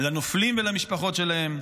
לנופלים ולמשפחות שלהם,